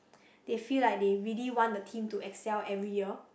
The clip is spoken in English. they feel like they really want the team to Excel every year